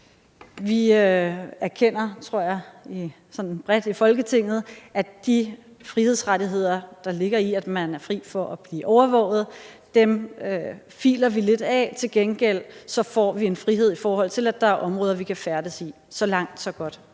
Vi erkender, tror jeg sådan bredt i Folketinget, at de frihedsrettigheder, der ligger i, at man er fri for at blive overvåget, filer vi lidt af, og til gengæld får vi en frihed, i forhold til at der er områder, vi kan færdes i. Så langt så godt.